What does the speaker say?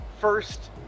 first